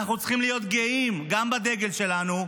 אנחנו צריכים להיות גאים גם בדגל שלנו,